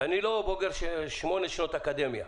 ואני לא בוגר שמונה שעות אקדמיה.